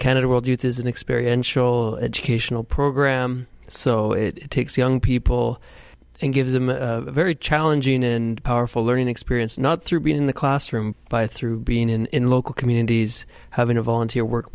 canada world youth is an experience sure educational program so it takes young people and gives them a very challenging and powerful learning experience not through being in the classroom by through being in local communities having a volunteer work